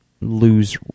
lose